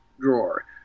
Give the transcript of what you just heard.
drawer